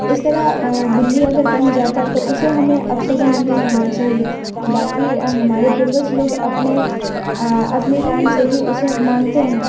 इस तरह बल्ली अगर कहीं जाती है तो उसे हमें अपशगुन नहीं मानना चाहिए बाक़ी हमारे पूर्वज लोग अपने अपने टाइम से ही उसे मानते हैं